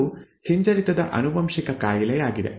ಅದು ಹಿಂಜರಿತದ ಆನುವಂಶಿಕ ಕಾಯಿಲೆಯಾಗಿದೆ